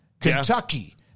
Kentucky